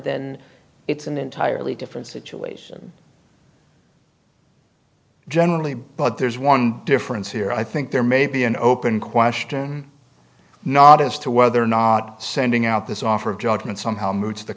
then it's an entirely different situation generally but there's one difference here i think there may be an open question not as to whether or not sending out this offer of judgement somehow moves the